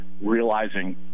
realizing